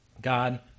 God